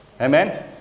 Amen